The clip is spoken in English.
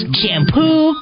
shampoo